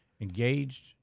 engaged